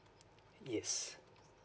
yes